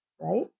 right